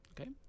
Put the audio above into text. Okay